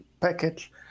package